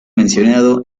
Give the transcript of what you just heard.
mencionado